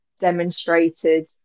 demonstrated